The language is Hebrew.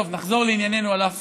טוב, נחזור לענייננו, על אף